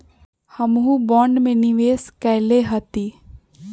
हमहुँ बॉन्ड में निवेश कयले हती